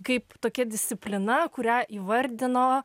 kaip tokia disciplina kurią įvardino